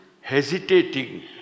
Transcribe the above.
hesitating